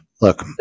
look